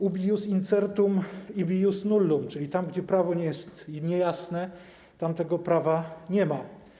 Ubi ius incertum, ibi ius nullum, czyli tam gdzie prawo jest niejasne, tam tego prawa nie ma.